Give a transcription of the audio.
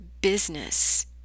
business